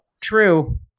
True